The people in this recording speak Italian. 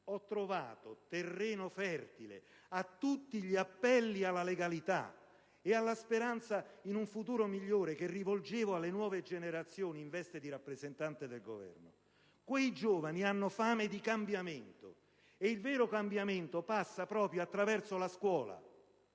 ho trovato terreno fertile a tutti gli appelli alla legalità e alla speranza in un futuro migliore che rivolgevo alle nuove generazioni in veste di rappresentante del Governo. Quei giovani hanno fame di cambiamento, e il vero cambiamento passa proprio attraverso la scuola.